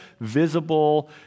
visible